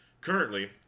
Currently